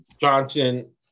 Johnson